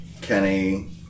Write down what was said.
Kenny